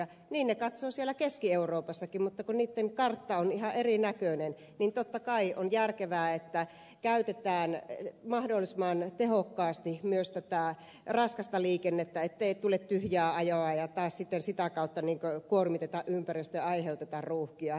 niin ne katsovat siellä keski euroopassakin mutta kun niitten kartta on ihan erinäköinen niin totta kai on järkevää että käytetään mahdollisimman tehokkaasti myös tätä raskasta liikennettä ettei tule tyhjää ajoa ja taas sitten sitä kautta kuormiteta ympäristöä ja aiheuteta ruuhkia